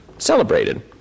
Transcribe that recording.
celebrated